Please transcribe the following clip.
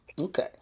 Okay